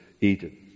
Eden